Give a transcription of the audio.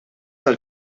tal